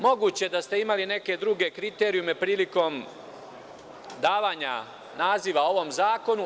Moguće da ste imali neke druge kriterijume prilikom davanja naziva ovom zakonu.